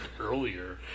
earlier